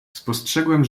spostrzegłem